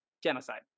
Genocide